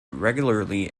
regularly